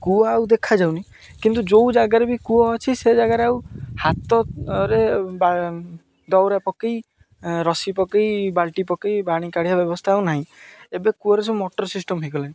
କୂଅ ଆଉ ଦେଖାଯାଉନି କିନ୍ତୁ ଯେଉଁ ଜାଗାରେ ବି କୂଅ ଅଛି ସେ ଜାଗାରେ ଆଉ ହାତରେ ବା ଦଉରା ପକାଇ ରସି ପକାଇ ବାଲ୍ଟି ପକାଇ ପାଣି କାଢ଼ିଆ ବ୍ୟବସ୍ଥା ଆଉ ନାହିଁ ଏବେ କୂଅରେ ସବୁ ମୋଟର ସିଷ୍ଟମ ହେଇଗଲାଣି